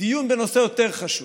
דיון בנושא יותר חשוב: